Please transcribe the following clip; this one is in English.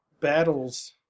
battles